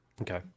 Okay